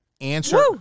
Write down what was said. Answer